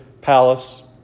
palace